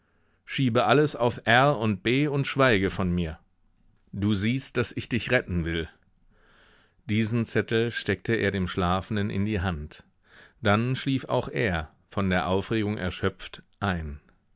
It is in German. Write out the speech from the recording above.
schiebe alles auf r und b und schweige von mir du siehst daß ich dich retten will diesen zettel steckte er dem schlafenden in die hand dann schlief auch er von der aufregung erschöpft ein